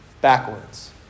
backwards